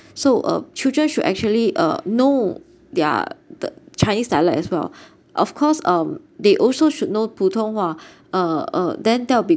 so uh children should actually uh know their the chinese dialect as well of course um they also should know 普通话 uh uh then they will be